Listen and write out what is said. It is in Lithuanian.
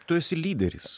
tu esi lyderis